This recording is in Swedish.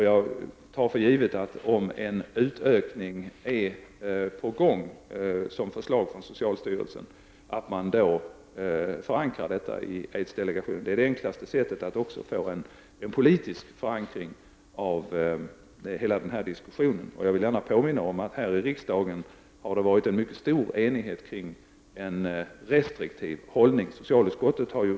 Jag tar för givet att om ett förslag om en utökning är på gång från socialstyrelsen, då är detta förslag förankrat i aidsdelegationen. Det är det enklaste sättet att också få en politisk förankring av hela diskussionen. Jag vill gärna påminna om att det här i riksdagen har varit en mycket stor enighet kring en restriktiv hållning i detta sammanhang.